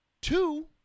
Two